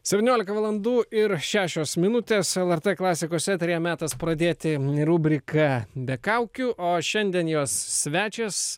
septyniolika valandų ir šešios minutės lrt klasikos eteryje metas pradėti rubriką be kaukių o šiandien jos svečias